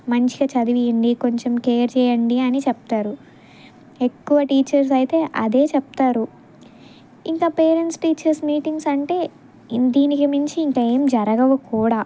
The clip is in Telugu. మంచిగా చదివియండి కొంచెం కేర్ చేయండి అని చెప్తారు ఎక్కువ టీచర్స్ అయితే అదే చెప్తారు ఇంకా పేరెంట్స్ టీచర్స్ మీటింగ్స్ అంటే ఈ దీనికి మించి ఇంకా ఏం జరగవు కూడా